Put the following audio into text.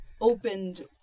opened